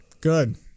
Good